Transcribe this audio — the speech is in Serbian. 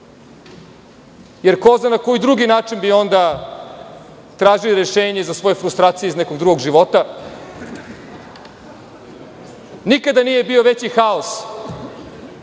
jer ko zna na koji drugi način bi onda tražili rešenje za svoje frustracije iz nekog drugog života. Nikada nije bio veći haos